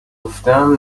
گفتهام